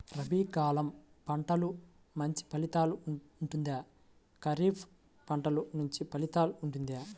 రబీ కాలం పంటలు మంచి ఫలితాలు ఉంటుందా? ఖరీఫ్ పంటలు మంచి ఫలితాలు ఉంటుందా?